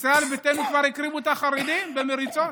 בישראל ביתנו כבר הקריבו את החרדים במריצות